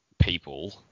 people